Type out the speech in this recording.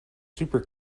super